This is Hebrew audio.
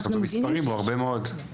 במספרים הוא הרבה מאוד.